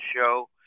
show